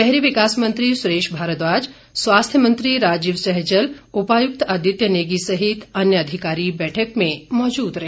शहरी विकास मंत्री सुरेश भारद्वाज स्वास्थ्य मंत्री राजीव सैजल उपायुक्त आदित्य नेगी सहित अन्य अधिकारी बैठक में मौजूद रहे